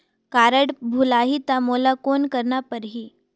Card भुलाही ता मोला कौन करना परही?